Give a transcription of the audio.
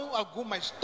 algumas